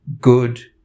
good